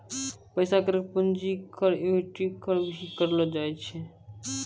पैसा कर के पूंजी कर या इक्विटी कर भी कहलो जाय छै